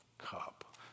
Cup